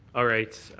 all right,